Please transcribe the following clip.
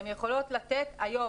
יכולות לתת היום,